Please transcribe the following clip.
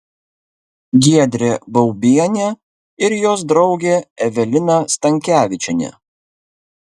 giedrė baubienė ir jos draugė evelina stankevičienė